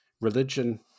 religion